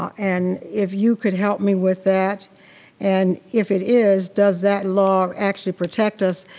and if you could help me with that and if it is, does that law actually protect us?